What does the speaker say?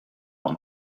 one